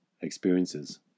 experiences